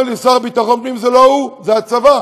אומר לי השר לביטחון פנים שזה לא הוא, זה הצבא.